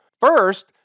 First